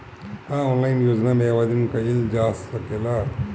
का ऑनलाइन योजना में आवेदन कईल जा सकेला?